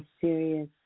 serious